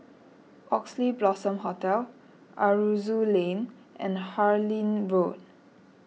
Oxley Blossom Hotel Aroozoo Lane and Harlyn Road